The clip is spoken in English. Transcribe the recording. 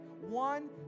One